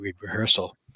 rehearsal